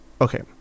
okay